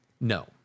No